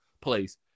place